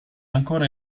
ancora